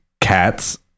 cats